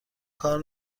کار